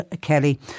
Kelly